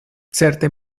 certe